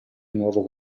nuovo